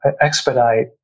expedite